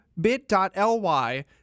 bit.ly